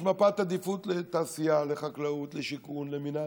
יש מפת עדיפות לתעשייה, לחקלאות, לשיכון, למינהל,